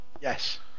Yes